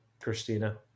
Christina